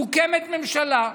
מוקמת ממשלה,